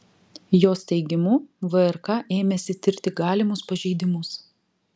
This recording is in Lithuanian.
jos teigimu vrk ėmėsi tirti galimus pažeidimus